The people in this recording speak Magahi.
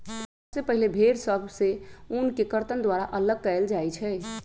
सबसे पहिले भेड़ सभ से ऊन के कर्तन द्वारा अल्लग कएल जाइ छइ